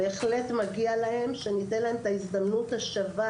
בהחלט מגיע להם שניתן להם את ההזדמנות השווה,